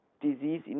disease